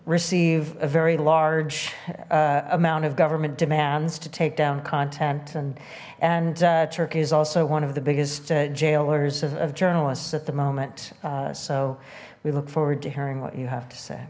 receive a very large amount of government demands to take down content and and turkey is also one of the biggest jailers of journalists at the moment so we look forward to hearing what you have to say